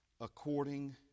according